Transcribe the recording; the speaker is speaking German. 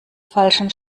falschen